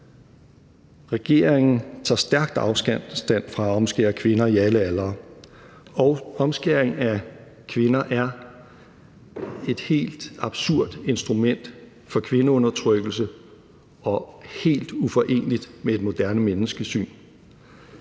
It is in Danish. Regeringen tager stærkt afstand fra omskæring af kvinder i alle aldre, og omskæring af kvinder er et helt absurd instrument for kvindeundertrykkelse og helt uforeneligt med et moderne menneskesyn.